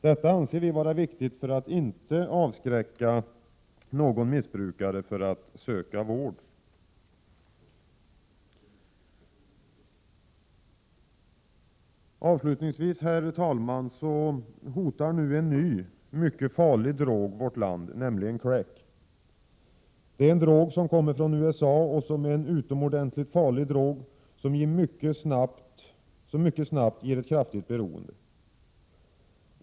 Detta anser vi vara viktigt för att inte avskräcka någon missbrukare från att söka vård. Avslutningsvis, herr talman, vill jag nämna att en ny och mycket farlig drog nu hotar vårt land, nämligen crack. Det är en drog som kommer från USA och som är utomordentligt farlig. Drogen ger mycket snabbt ett kraftigt beroende.